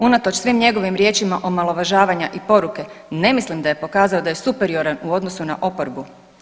Unatoč svim njegovim riječima omalovažavanja i poruke, ne mislim da je pokazao da je superioran u odnosu na oporbu.